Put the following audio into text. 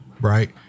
right